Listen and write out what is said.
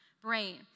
brain